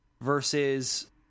versus